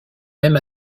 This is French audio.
même